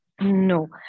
No